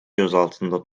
gözaltında